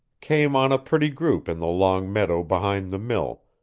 came on a pretty group in the long meadow behind the mill,